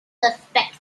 suspect